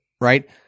right